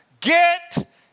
Get